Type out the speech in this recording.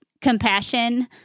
compassion